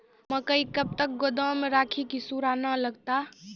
मकई कब तक गोदाम राखि की सूड़ा न लगता?